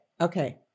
okay